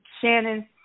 Shannon